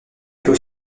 peut